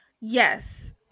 yes